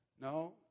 No